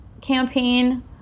campaign